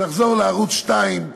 תחזור לערוץ 2,